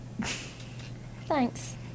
Thanks